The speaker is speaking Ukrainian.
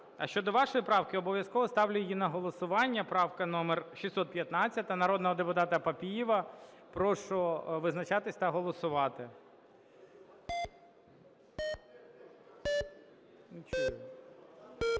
А щодо вашої правки, обов'язково ставлю її на голосування Правка номер 615 народного депутата Папієва. Прошу визначатись та голосувати.